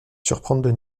surprendre